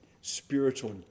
spiritual